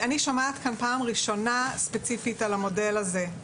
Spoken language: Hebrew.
אני שומעת כאן פעם ראשונה ספציפית על המודל הזה,